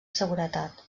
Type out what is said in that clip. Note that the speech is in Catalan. seguretat